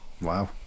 Wow